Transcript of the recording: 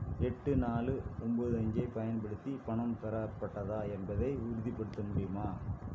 எட்டு நாலு ஒம்பது அஞ்சை பயன்படுத்தி பணம் பெறப்பட்டதா என்பதை உறுதிப்படுத்த முடியுமா